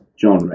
genre